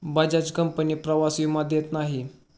Bajaj company प्रवास विमा देत नाही